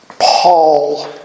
Paul